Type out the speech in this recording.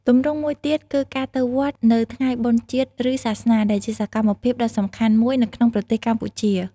ទម្រង់មួយទៀតគឺការទៅវត្តនៅថ្ងៃបុណ្យជាតិឬសាសនា ដែលជាសកម្មភាពដ៏សំខាន់មួយនៅក្នុងប្រទេសកម្ពុជា។